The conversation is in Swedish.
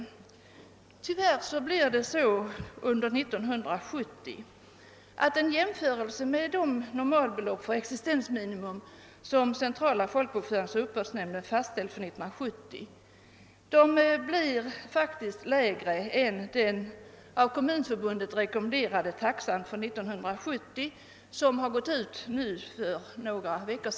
Tyvärr blir vid en jämförelse de normalbelopp för existensminimum som centrala folkbokföringsoch uppbördsnämnden fastställt för 1970 faktiskt lägre än den av Kommunförbundet för några veckor sedan rekommenderade taxan för samma år.